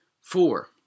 Four